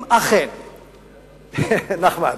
נחמן,